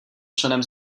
členem